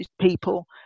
people